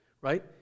right